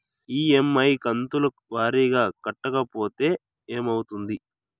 EMI కంతుల వారీగా కట్టకపోతే ఏమవుతుంది?